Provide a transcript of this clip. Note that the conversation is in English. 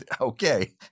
okay